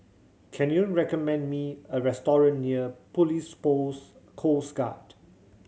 can you recommend me a restaurant near Police Post Coast Guard